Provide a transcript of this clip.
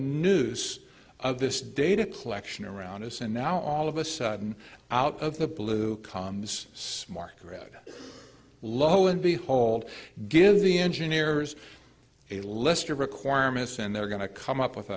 news of this data collection around us and now all of a sudden out of the blue comes smart grid lo and behold give the engineers a list of requirements and they're going to come up with